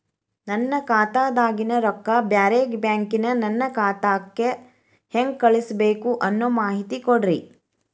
ನನ್ನ ಖಾತಾದಾಗಿನ ರೊಕ್ಕ ಬ್ಯಾರೆ ಬ್ಯಾಂಕಿನ ನನ್ನ ಖಾತೆಕ್ಕ ಹೆಂಗ್ ಕಳಸಬೇಕು ಅನ್ನೋ ಮಾಹಿತಿ ಕೊಡ್ರಿ?